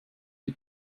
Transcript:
die